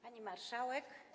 Pani Marszałek!